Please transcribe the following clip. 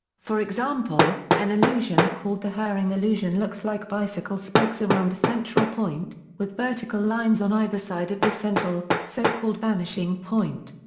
for example, an illusion called the hering illusion looks like bicycle spokes around a central point, with vertical lines on either side of this central, so-called vanishing point.